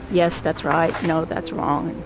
yes, that's right. no, that's wrong.